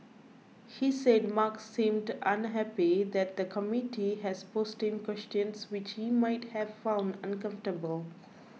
he said Mark seemed unhappy that the committee has posed to him questions which he might have found uncomfortable